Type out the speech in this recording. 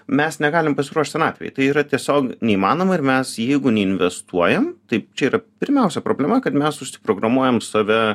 mes negalim pasiruošt senatvei tai yra tiesiog neįmanoma ir mes jeigu neinvestuojam tai čia yra pirmiausia problema kad mes užsiprogramuojam save